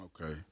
Okay